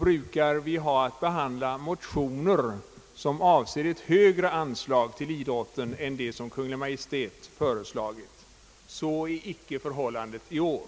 brukar ha att behandla motioner som avser ett högre anslag till idrotten än det av Kungl. Maj:t äskade. Så är icke förhållandet i år.